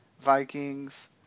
Vikings